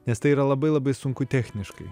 nes tai yra labai labai sunku techniškai